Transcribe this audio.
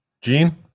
Gene